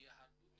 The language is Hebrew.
מיהדות